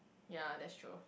ya that's true